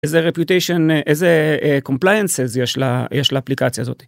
איזה reputation איזה compliances יש ל.. יש לאפליקציה הזאת.